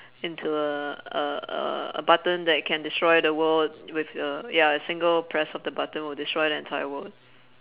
into a a a a button that can destroy the world with uh ya a single press of the button will destroy the entire world